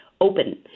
open